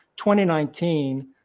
2019